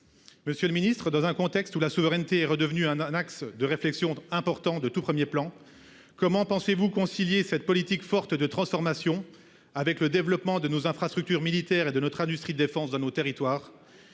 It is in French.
Monsieur le Ministre, dans un contexte où la souveraineté est redevenu un axe de réflexion important de tout 1er plan, comment pensez-vous concilier cette politique forte de transformation. Avec le développement de nos infrastructures militaires et de notre industrie de défense de nos territoires.